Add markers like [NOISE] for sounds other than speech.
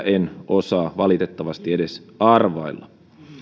[UNINTELLIGIBLE] en osaa valitettavasti edes arvailla